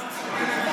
הם מתנדנדים שם.